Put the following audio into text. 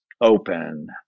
open